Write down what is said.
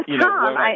Tom